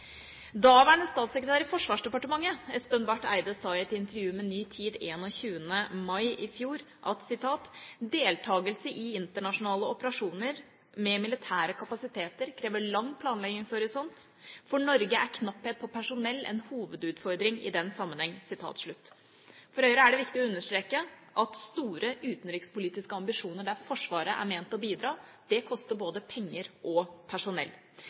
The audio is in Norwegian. statssekretær i Forsvarsdepartementet Espen Barth Eide sa i et intervju med Ny Tid 21. mai i fjor: «Deltakelse i internasjonale operasjoner med militære kapasiteter krever lang planleggingshorisont. For Norge er knapphet på personell en hovedutfordring i den sammenheng.» For Høyre er det viktig å understreke at store utenrikspolitiske ambisjoner der Forsvaret er ment å bidra, koster både penger og personell.